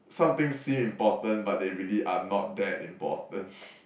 some things seem important but they really are not that important